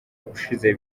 ushize